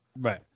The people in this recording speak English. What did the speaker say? Right